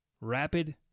rapid